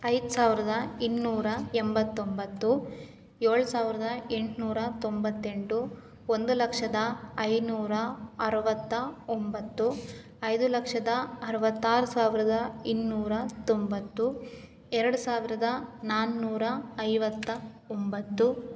ಐದು ಸಾವಿರದ ಇನ್ನೂರ ಎಂಬತ್ತೊಂಬತ್ತು ಏಳು ಸಾವಿರದ ಎಂಟ್ನೂರ ತೊಂಬತ್ತೆಂಟು ಒಂದು ಲಕ್ಷದ ಐನೂರ ಅರವತ್ತ ಒಂಬತ್ತು ಐದು ಲಕ್ಷದ ಅರವತ್ತಾರು ಸಾವಿರದ ಇನ್ನೂರ ತೊಂಬತ್ತು ಎರಡು ಸಾವಿರದ ನಾನ್ನೂರ ಐವತ್ತ ಒಂಬತ್ತು